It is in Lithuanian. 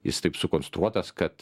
jis taip sukonstruotas kad